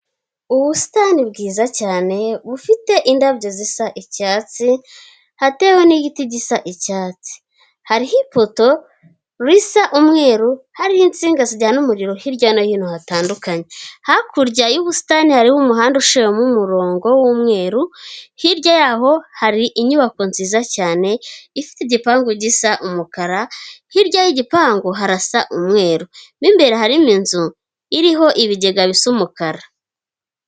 Ubusitani bwiza cyane bufite indabyo zisa icyatsi, hatewe n'igiti gisa icyatsi. Hariho ipoto risa umweru hariho insinga zijyana umuriro hirya no hino hatandukanye. Hakurya y'ubusitani hariho umuhanda ushiyemo umurongo w'umweru, hirya yaho hari inyubako nziza cyane ifite igipangu gisa umukara, hirya y'igipangu harasa umweru, mo imbere harimo inzu iriho ibigega bisa umukara.